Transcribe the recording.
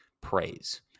praise